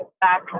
back